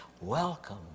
Welcome